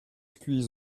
skuizh